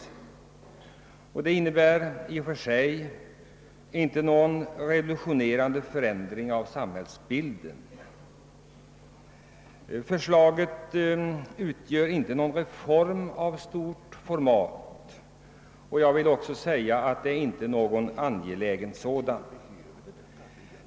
Det innebär i och för sig inte någon revolutionerande förändring av samhällsbilden. Förslaget utgör inte någon reform av stort format, och jag vill också säga att det inte är någon angelägen reform.